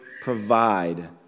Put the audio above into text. provide